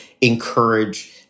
encourage